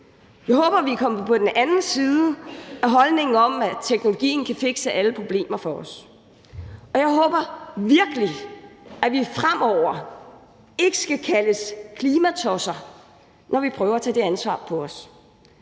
Jeg håber, vi er kommet på den anden side af holdningen om, at teknologien kan fikse alle problemer for os, og jeg håber virkelig, at vi fremover ikke skal kaldes klimatosser, når vi prøver at tage det ansvar på os.